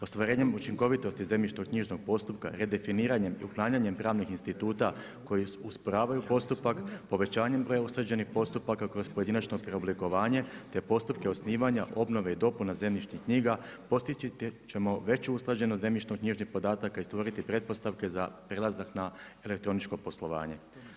Ostvarenjem učinkovitosti zemljišno-knjižnog postupka, redefiniranjem i uklanjanjem pravnih instituta koji usporavaju postupak, povećanjem broja … postupaka kroz pojedinačno preoblikovanje te postupke osnivanja, obnove i dopuna zemljišnih knjiga postići ćemo veću usklađenost zemljišno-knjižnih podatak i stvoriti pretpostavke za prelazak na elektroničko poslovanje.